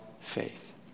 faith